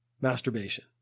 masturbation